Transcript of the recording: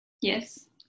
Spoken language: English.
Yes